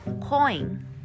coin